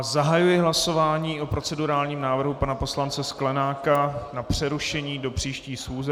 Zahajuji hlasování o procedurálním návrhu pana poslance Sklenáka na přerušení do příští schůze.